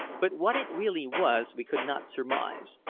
but what it really was we could not surmise.